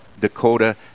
Dakota